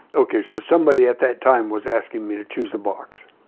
ok. so somebody at that time was asking me to choose a box.